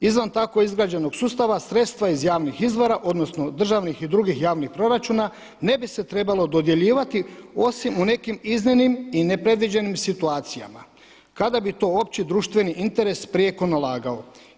Izvan tako izgrađenog sustava sredstva iz javnih izvora odnosno državnih i drugih javnih proračuna ne bi se trebalo dodjeljivati osim u nekim iznimnim i nepredviđenim situacijama kada bi to općedruštveni interes prijeko nalagao.